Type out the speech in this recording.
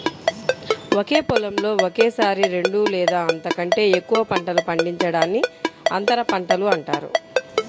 ఒకే పొలంలో ఒకేసారి రెండు లేదా అంతకంటే ఎక్కువ పంటలు పండించడాన్ని అంతర పంట అంటారు